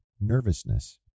nervousness